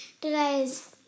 Today's